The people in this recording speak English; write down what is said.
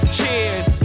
Cheers